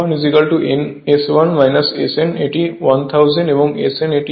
অর্থাৎ nfln S1 Sfl এটি 1000 এবং Sfl এটি 003 হবে